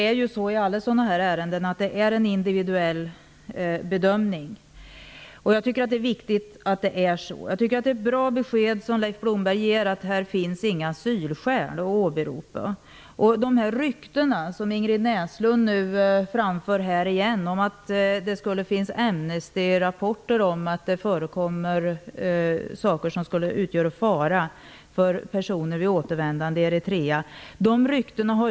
Fru talman! Det görs en individuell bedömning av alla sådana här ärenden. Jag tycker att det är viktigt att det är så. Jag tycker att det är ett bra besked som Leif Blomberg ger om att det inte finns några asylskäl att åberopa. Ingrid Näslund framför återigen rykten om att det skulle finnas Amnestyrapporter om att det förekommer saker som skulle utgöra fara för personer vid återvändandet till Eritrea.